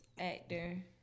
Actor